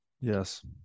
Yes